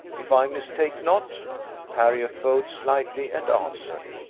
if i mistake not harriot bowed slightly, and answered,